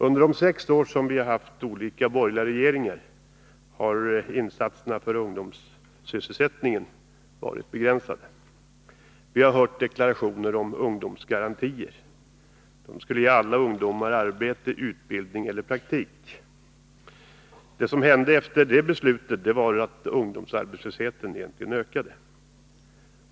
Under de sex år som vi haft olika borgerliga regeringar har insatserna för ungdomssysselsättningen varit begränsade. Vi har hört deklarationer om ungdomsgarantier, som skulle ge alla ungdomar arbete, utbildning eller praktik. Vad som egentligen hände efter det beslutet var att ungdomsarbetslösheten ökade.